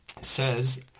says